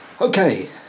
Okay